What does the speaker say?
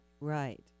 right